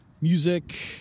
Music